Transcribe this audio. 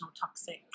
toxic